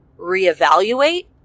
reevaluate